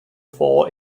for